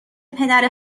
پدر